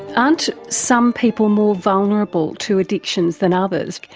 aren't some people more vulnerable to addictions than others?